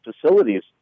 facilities